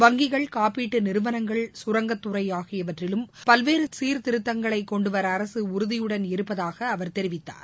வங்கிகள் காப்பீட்டு நிறுவனங்கள் கரங்கத் துறை ஆகியவற்றிலும் பல்வேறு சீர்த்திருத்தங்களை கொண்டுவர அரசு உறுதியுடன் இருப்பதாக அவர் தெரிவித்தார்